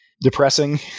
depressing